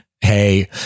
Hey